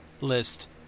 list